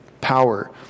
power